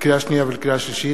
לקריאה שנייה ולקריאה שלישית,